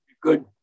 good